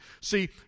See